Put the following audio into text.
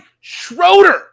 Schroeder